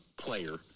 player